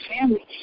family